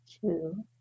two